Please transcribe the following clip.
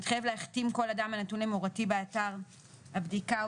מתחייב להחתים כל אדם הנתון למרותי באתר הבדיקה או